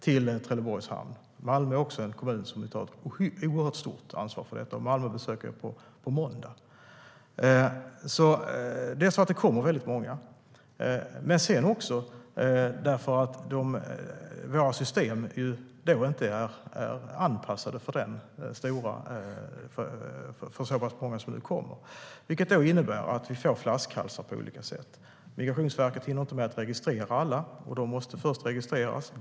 Malmö är också en kommun som tar oerhört stort ansvar för detta. Malmö besöker jag på måndag. Det kommer alltså väldigt många. Men det är också så att våra system inte är anpassade för så pass många som kommer nu, vilket innebär att vi får flaskhalsar på olika sätt. Migrationsverket hinner inte registrera alla, och de måste först registreras.